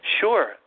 Sure